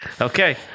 Okay